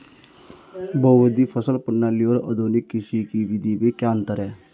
बहुविध फसल प्रणाली और आधुनिक कृषि की विधि में क्या अंतर है?